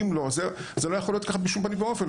אם לא אז זה לא יכול להיות כך בשום פנים ואופן,